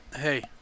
Hey